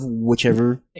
whichever